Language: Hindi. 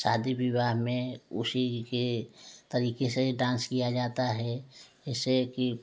शादी विवाह में उसी के तरीके से डांस किया जाता है जैसे कि